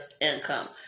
income